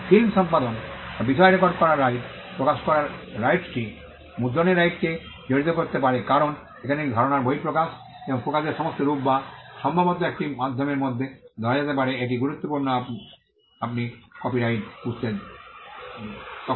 film সম্পাদন বা বিষয় রেকর্ড করার রাইট প্রকাশ করার রাইটসটি মুদ্রণের রাইটকে জড়িত করতে পারে কারণ এখানে একটি ধারণার বহিঃপ্রকাশ এবং প্রকাশের সমস্ত রূপ যা সম্ভবত একটি মাধ্যমের মধ্যে ধরা যেতে পারে এটি গুরুত্বপূর্ণ আপনি কপিরাইট বুঝতে যখন